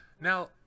now